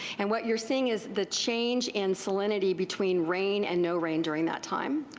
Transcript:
and what youire seeing is the change in salinity between rain and no rain during that time.